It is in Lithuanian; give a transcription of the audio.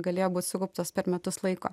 galėjo būt sukauptos per metus laiko